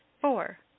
Four